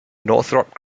northrop